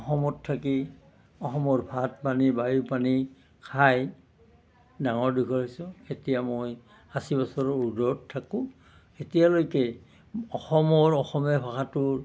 অসমত থাকি অসমৰ ভাত পানী বায়ু পানী খাই ডাঙৰ দীঘল হৈছোঁ এতিয়া মই আশী বছৰৰ উৰ্দ্ধত থাকোঁ এতিয়ালৈকে অসমৰ অসমীয়া ভাষাটোৰ